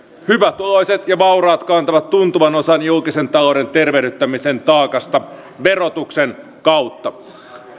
hyvätuloiset ja vauraat kantavat tuntuvan osan julkisen talouden tervehdyttämisen taakasta verotuksen kautta